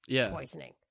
poisoning